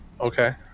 Okay